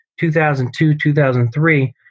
2002-2003